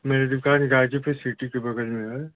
मेरी दुकान ग़ाज़ीपुर सिटी के बग़ल में है